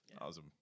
Awesome